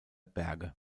berge